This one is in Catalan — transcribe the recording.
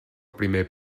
primer